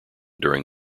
during